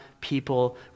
people